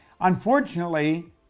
Unfortunately